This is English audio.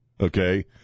okay